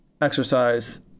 exercise